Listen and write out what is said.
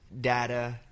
data